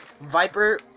Viper